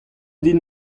din